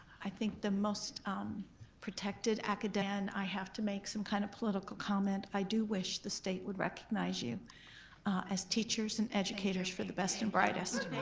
i think the most um protected and and i have to make some kind of political comment. i do wish the state would recognize you as teachers and educators for the best and brightest. thank